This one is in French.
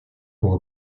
pour